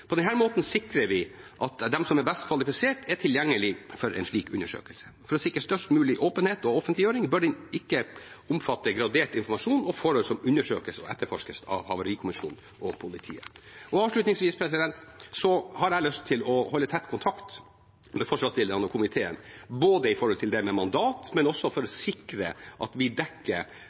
På denne måten sikrer vi at de som er best kvalifisert, er tilgjengelige for en slik undersøkelse. For å sikre størst mulig åpenhet og offentliggjøring bør den ikke omfatte gradert informasjon og forhold som undersøkes og etterforskes av havarikommisjonen og politiet. Avslutningsvis: Jeg har lyst til å holde tett kontakt med forslagsstillerne og komiteen både med hensyn til mandat og også for å sikre at vi dekker